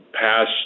past